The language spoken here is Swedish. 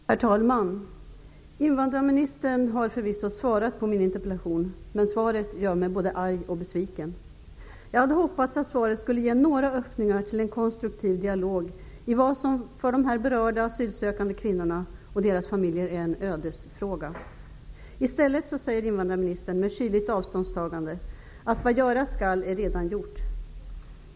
Herr talman! Invandrarministern har förvisso svarat på min interpellation, men svaret gör mig både arg och besviken. Jag hade hoppats att svaret skulle ge några öppningar till en konstruktiv dialog i vad som för de berörda asylsökande kvinnorna och deras familjer är en ödesfråga. I stället säger invandrarministern med kyligt avståndstagande att vad göras skall redan är gjort.